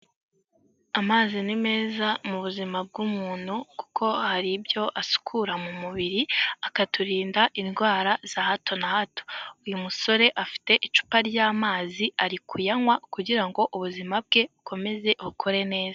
Amazi ni meza mu buzima bw'umuntu, kuko hari ibyo asukura mu mubiri, akaturinda indwara za hato na hato. Uyu musore afite icupa ry'amazi ari kuyanywa, kugira ngo ubuzima bwe bukomeze bukore neza.